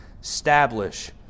establish